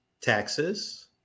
taxes